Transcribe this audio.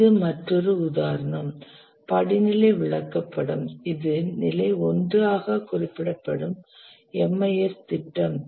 இது மற்றொரு உதாரணம் படிநிலை விளக்கப்படம் இது நிலை 1 ஆக குறிப்பிடப்படும் MIS திட்டம்